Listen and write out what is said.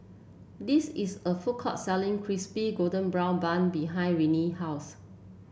this is a food court selling Crispy Golden Brown Bun behind Nanie's house